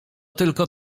tylko